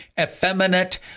effeminate